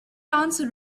answer